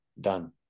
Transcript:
done